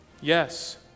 Yes